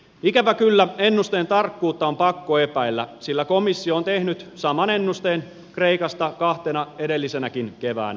ikävä kyllä ennusteen tarkkuutta on pakko epäillä sillä komissio on tehnyt saman ennusteen kreikasta kahtena edellisenäkin keväänä